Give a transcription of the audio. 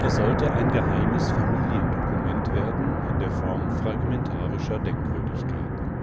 es sollte ein geheimes familiendokument werden in der form fragmentarischer denkwürdigkeiten